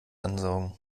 ansaugen